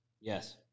Yes